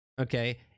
okay